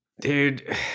Dude